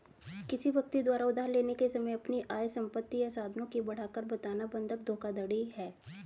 किसी व्यक्ति द्वारा उधार लेने के समय अपनी आय, संपत्ति या साधनों की बढ़ाकर बताना बंधक धोखाधड़ी है